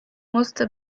musste